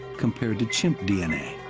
compared to chimp d n a.